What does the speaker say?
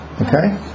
Okay